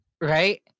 right